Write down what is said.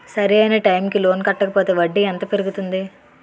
సరి అయినా టైం కి లోన్ కట్టకపోతే వడ్డీ ఎంత పెరుగుతుంది?